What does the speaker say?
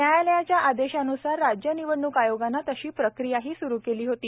न्यायालयाच्या आदेशान्सार राज्य निवडणूक आयोगाने तशी प्रक्रिया स्रु केली होती